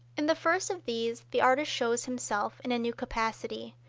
in the first of these the artist shows himself in a new capacity,